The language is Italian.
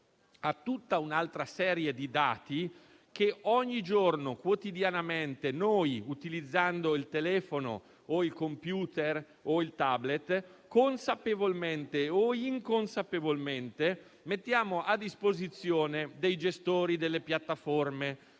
a tutta un'altra serie di dati che quotidianamente, utilizzando il telefono, il *computer* o il *tablet*, consapevolmente o inconsapevolmente mettiamo a disposizione dei gestori delle piattaforme;